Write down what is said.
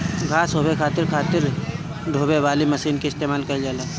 घास ढोवे खातिर खातिर ढोवे वाली मशीन के इस्तेमाल कइल जाला